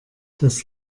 das